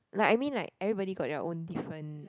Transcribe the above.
like I mean like everybody got their own different